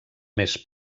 més